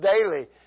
daily